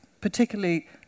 particularly